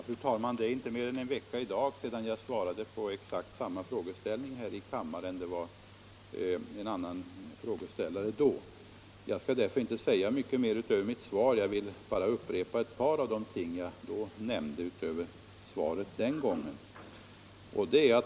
Fru talman! Det är inte mer än en vecka sedan som jag svarade på exakt samma fråga här i kammaren. Då var det en annan frågeställare. Nu skall jag därför inte säga mycket mer än vad som står i mitt svar utan bara upprepa ett par saker av vad jag sade i svaret förra gången.